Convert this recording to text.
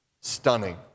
stunning